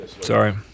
Sorry